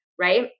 right